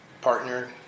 partnered